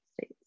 states